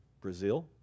Brazil